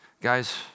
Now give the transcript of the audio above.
Guys